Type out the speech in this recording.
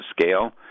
scale